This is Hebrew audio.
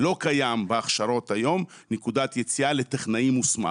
לא קיים בהכשרות היום נקודת יציאה לטכנאי מוסמך.